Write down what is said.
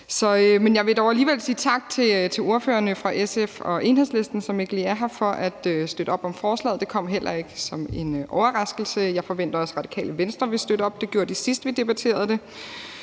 jeg vil dog alligevel sige tak til ordførerne fra SF og Enhedslisten, som ikke lige er her, for at støtte op om forslaget. Det kom heller ikke som en overraskelse. Jeg forventer også, at Radikale Venstre vil støtte op. Det gjorde de, sidst vi debatterede det.